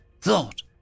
thought